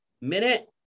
minute